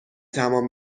تمام